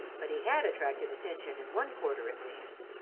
but he had attracted attention in one quarter at least.